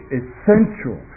essential